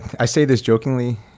i say this jokingly